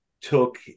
took